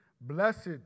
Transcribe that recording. Blessed